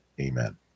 Amen